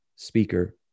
Speaker